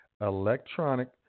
electronic